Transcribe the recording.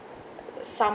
some